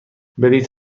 بلیط